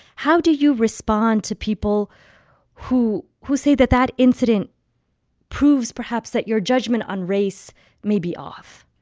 how do you respond to people who who say that that incident proves perhaps that your judgment on race may be off?